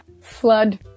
Flood